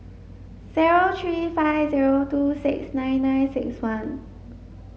zero three five zero two six nine nine six one